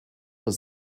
was